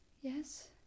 Yes